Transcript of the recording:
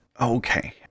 okay